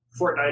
Fortnite